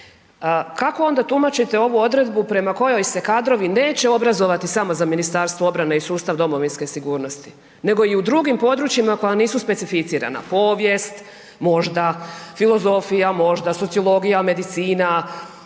kako onda tumačite ovu odredbu prema kojoj se kadrovi neće obrazovati samo za Ministarstvo obrane i sustav domovinske sigurnosti nego i u drugim područjima koja nisu specificirana, povijest možda, filozofija možda, sociologija, medicina,